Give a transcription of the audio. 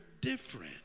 different